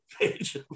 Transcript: page